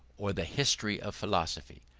or the history of philosophy.